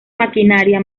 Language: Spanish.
maquinaria